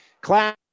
Class